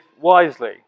wisely